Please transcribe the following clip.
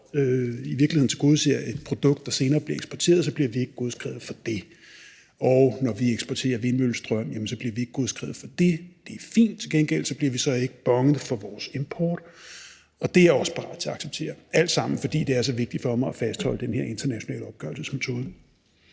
tilgodeser et produkt, der senere bliver eksporteret, bliver vi ikke godskrevet for det, og at når vi eksporterer vindmøllestrøm, jamen så bliver vi ikke godskrevet for det. Det er fint. Til gengæld bliver vi så ikke bonet for vores import, og det er jeg også parat til at acceptere – alt sammen, fordi det er så vigtigt for mig at fastholde den her internationale opgørelsesmetode.